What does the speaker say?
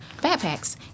backpacks